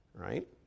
Right